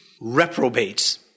reprobates